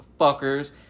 fuckers